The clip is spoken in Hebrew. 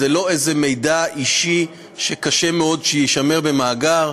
לא איזה מידע אישי שקשה מאוד שיישמר במאגר.